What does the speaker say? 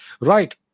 Right